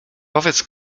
powiedz